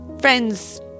friends